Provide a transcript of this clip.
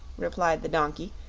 replied the donkey,